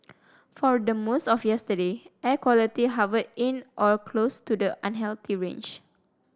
for the most of yesterday air quality hovered in or close to the unhealthy range